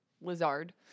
Lizard